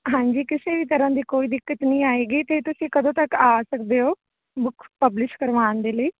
ਹਾਂਜੀ ਕਿਸੇ ਵੀ ਤਰ੍ਹਾਂ ਦੀ ਕੋਈ ਦਿੱਕਤ ਨੀ ਆਏਗੀ ਤੇ ਤੁਸੀਂ ਕਦੋਂ ਤੱਕ ਆ ਸਕਦੇ ਓ ਬੁੱਕ ਪਬਲਿਸ਼ ਕਰਵਾਣ ਦੇ ਲਈ